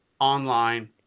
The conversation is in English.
online